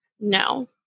No